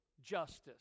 justice